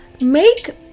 make